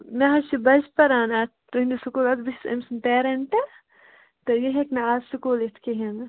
مےٚ حظ چھِ بَچہِ پَران اَتھ تُہٕنٛدِس سکوٗلس بہٕ چھس أمۍ سُنٛد پیٚرَنٹ تہٕ یہِ ہیٚکہِ نہٕ آز سکوٗل یِتھ کِہیٖنۍ نہٕ